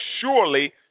surely